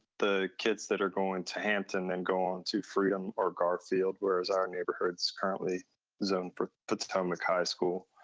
the kids that are going to hampton then go on to freedom or gar-field, whereas our neighborhood's currently zoned for potomac high school.